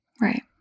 Right